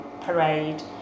parade